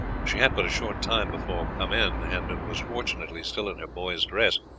she had but a short time before come in, and was fortunately still in her boy's dress,